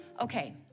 Okay